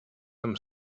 some